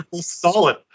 Solid